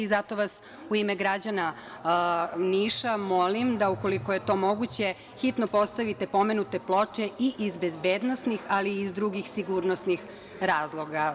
Zato vas u ime gra-đana Niša molim da, ukoliko je to moguće, hitno postavite pomenute ploče i iz bezbednosnih ali i iz drugih sigurnosnih razloga.